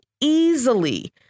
easily